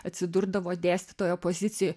atsidurdavo dėstytojo pozicijoj